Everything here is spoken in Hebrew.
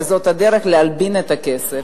שזאת דרך להלבין את הכסף.